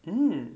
um